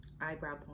eyebrow